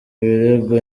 birego